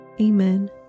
Amen